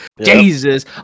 Jesus